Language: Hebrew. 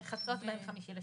כן, בחצות בין חמישי לשישי.